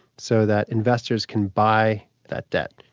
so that investors can buy that debt,